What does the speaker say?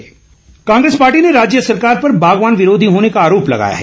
सेब season Congress party ने राज्य सरकार पर बागवान विरोधी होने का आरोप लगाया है